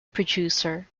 producer